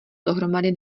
dohromady